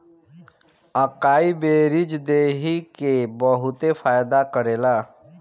अकाई बेरीज देहि के बहुते फायदा करेला